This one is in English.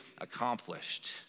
accomplished